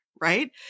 right